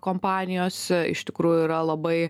kompanijos iš tikrųjų yra labai